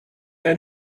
ein